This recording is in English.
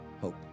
hope